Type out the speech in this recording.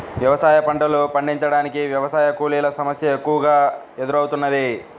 వ్యవసాయ పంటలు పండించటానికి వ్యవసాయ కూలీల సమస్య ఎక్కువగా ఎదురౌతున్నది